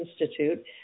Institute